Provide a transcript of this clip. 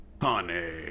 Honey